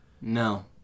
No